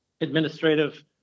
administrative